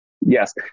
Yes